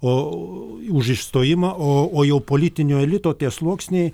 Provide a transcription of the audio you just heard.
o už išstojimą o jau politinio elito sluoksniai